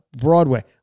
Broadway